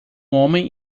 homem